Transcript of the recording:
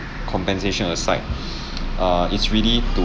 compensation aside err it's really to